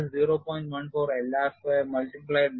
14 L r square multiplied by 0